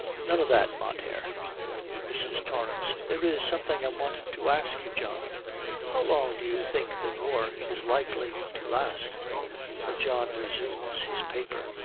none of that, mater mrs. torrance. there is something i want to ask you, john how long do you think the war is likely to last her john resumes his paper.